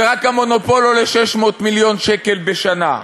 שרק המונופול עולה 600 מיליון שקל בשנה.